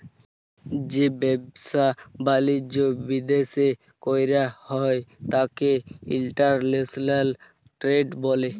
যে ব্যাবসা বালিজ্য বিদ্যাশে কইরা হ্যয় ত্যাকে ইন্টরন্যাশনাল টেরেড ব্যলে